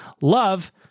love